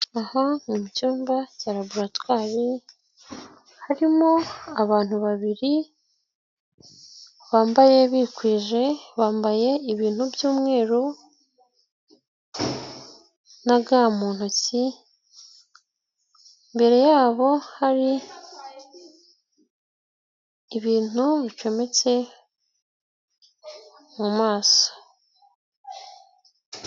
Aha ni mu cyumba cya raburatwari harimo abantu babiri bambaye bikwije bambaye ibintu by'umweru na ga mu ntoki, imbere yabo hari ibintu bicometse mu maso.